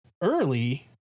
early